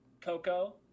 coco